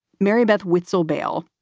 mary beth whitsell bayle,